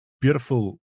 beautiful